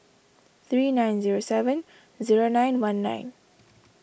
three nine zero seven zero nine one nine